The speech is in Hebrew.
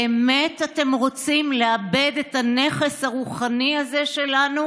באמת אתם רוצים לאבד את הנכס הרוחני הזה שלנו?